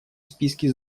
списке